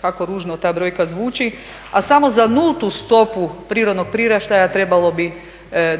Kako ružno ta brojka zvuči, a samo za nultu stopu prirodnog priraštaja trebalo bi